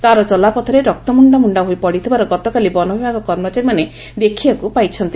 ତା'ର ଚଲାପଥରେ ରକ୍ତ ମୁଶ୍ଚା ମୁଶ୍ଚା ହୋଇ ପଡିଥିବାର ଗତକାଲି ବନବିଭାଗ କର୍ମଚାରୀମାନେ ଦେଖବାକୁ ପାଇଥିଲେ